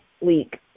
week